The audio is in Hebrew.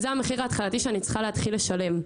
זה המחיר ההתחלתי שאני צריכה להתחיל לשלם.